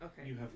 okay